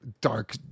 dark